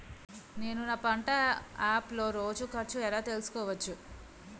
నేను నా పంట యాప్ లో రోజు ఖర్చు ఎలా తెల్సుకోవచ్చు?